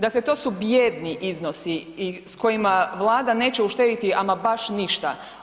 Dakle, to su bijedni iznosi s kojima Vlada neće uštedjeti ama baš ništa.